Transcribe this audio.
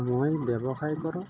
মই ব্যৱসায় কৰোঁ